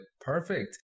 perfect